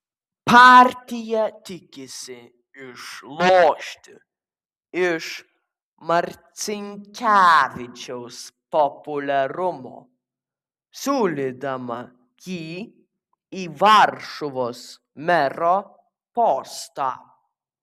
partija tikisi išlošti iš marcinkevičiaus populiarumo siūlydama jį į varšuvos mero postą